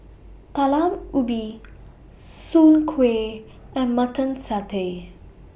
Talam Ubi Soon Kway and Mutton Satay